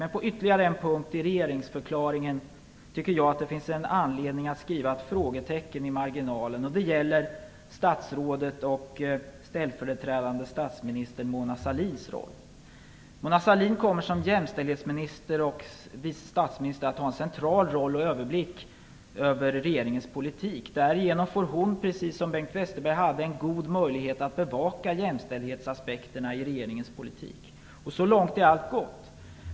Men på ytterligare en punkt i regeringsförklaringen tycker jag att det finns anledning att skriva ett frågetecken i marginalen, och det gäller statsrådet och ställföreträdande statsminister Mona Sahlins roll. Mona Sahlin kommer som jämställdhetsminister och vice statsminister att ha en central roll och en överblick över regeringens politik. Därigenom får hon, precis som Bengt Westerberg, en god möjlighet att bevaka jämställdhetsaspekterna i regeringens politik. Så långt är allt gott.